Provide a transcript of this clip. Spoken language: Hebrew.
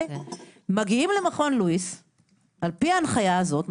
מגיעים למכון לואיס על-פי ההנחיה הזאת,